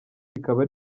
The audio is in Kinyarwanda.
rikaba